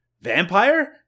Vampire